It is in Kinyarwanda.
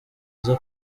iza